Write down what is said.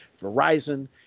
Verizon